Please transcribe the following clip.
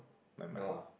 like my hall